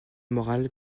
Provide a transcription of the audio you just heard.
moral